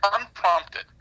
unprompted